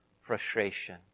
frustration